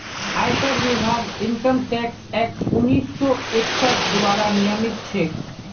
आयकर विभाग income tax act उन्नीस सौ इकसठ द्वारा नियमित छेक